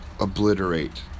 obliterate